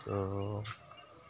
ত'